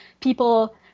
people